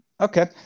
Okay